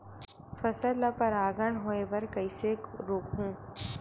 फसल ल परागण होय बर कइसे रोकहु?